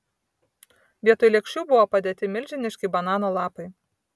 vietoj lėkščių buvo padėti milžiniški banano lapai